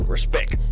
Respect